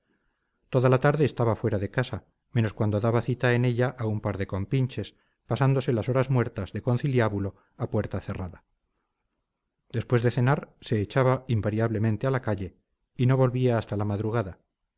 toda la tarde estaba fuera de casa menos cuando daba cita en ella a un par de compinches pasándose las horas muertas de conciliábulo a puerta cerrada después de cenar se echaba invariablemente a la calle y no volvía hasta la madrugada